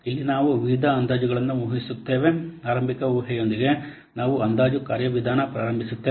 ಇಲ್ಲಿ ನಾವು ವಿವಿಧ ಅಂದಾಜುಗಳನ್ನು ಊಹಿಸುತ್ತೇವೆ ಆರಂಭಿಕ ಊಹೆಯೊಂದಿಗೆ ನಾವು ಅಂದಾಜು ಕಾರ್ಯವಿಧಾನವನ್ನು ಪ್ರಾರಂಭಿಸುತ್ತೇವೆ